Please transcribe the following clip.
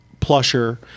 plusher